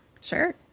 sure